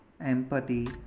empathy